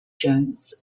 jones